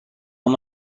how